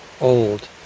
old